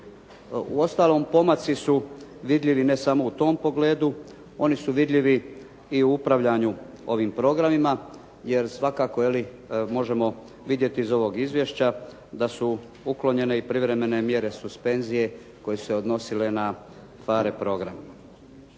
Uostalom pomaci su vidljivi ne samo u tom pogledu, oni su vidljivi i u upravljanju ovim programima, jer svakako možemo vidjeti iz ovog izvješća da su uklonjene i privremene mjere suspenzije koje su se odnosile na PHARE program.